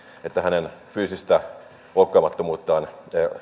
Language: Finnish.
että hänen fyysistä koskemattomuuttaan